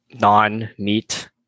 non-meat